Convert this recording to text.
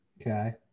Okay